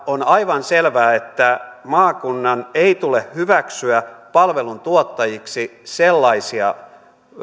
on aivan selvää että maakunnan ei tule hyväksyä palveluntuottajiksi sellaisia